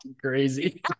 crazy